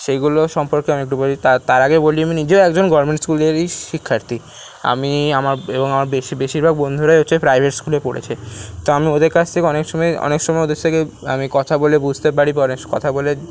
সেইগুলো সম্পর্কে আমি একটু বলি তার তার আগে বলি আমি নিজেও একজন গভর্নমেন্ট স্কুলেরই শিক্ষার্থী আমি আমার এবং আমার বেশি বেশিরভাগ বন্ধুরাই হচ্ছে প্রাইভেট স্কুলে পড়েছে তা আমি ওদের কাছ থেকে অনেক সময় অনেক সময় ওদের থেকে আমি কথা বলে বুঝতে পারি পরে কথা বলে